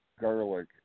garlic